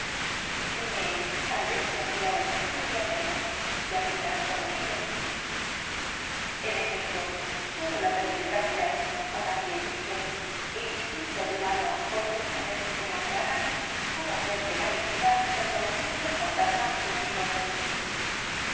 ven sal de ese horrible agujero y hablaremos ya que me has conocido en efecto sólo la perspicacia ó más bien dicho el instinto de un alma por primera vez enamorada pudo hacer que mariquita reconociese al fantasma de sus sueños